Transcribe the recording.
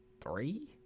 three